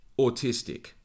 autistic